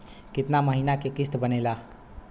कितना महीना के किस्त बनेगा?